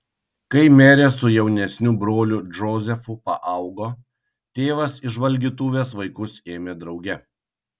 kai merė su jaunesniu broliu džozefu paaugo tėvas į žvalgytuves vaikus ėmė drauge